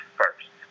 first